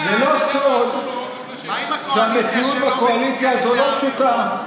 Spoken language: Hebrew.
זה לא סוד שהמציאות בקואליציה הזו לא פשוטה.